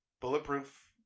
bulletproof